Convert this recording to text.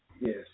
Yes